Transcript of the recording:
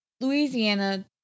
Louisiana